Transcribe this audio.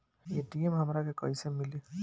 ATM हमरा के कइसे मिली?